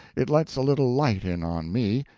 it lets a little light in on me,